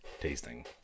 tasting